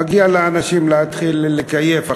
מגיע לאנשים להתחיל לכייף עכשיו,